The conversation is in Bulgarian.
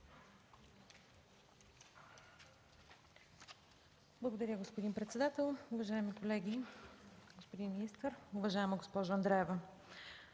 Благодаря, господин председател. Уважаеми колеги, господин министър! Уважаема госпожо Андреева,